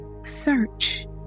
search